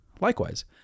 Likewise